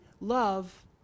love